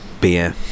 Beer